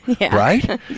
right